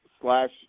slash